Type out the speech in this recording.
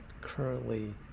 currently